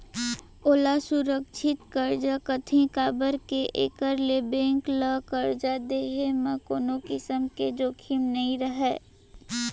ओला सुरक्छित करजा कथें काबर के एकर ले बेंक ल करजा देहे म कोनों किसम के जोखिम नइ रहय